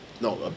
No